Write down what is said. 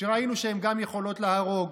שראינו שהן גם יכולות להרוג,